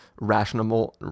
rational